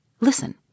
Listen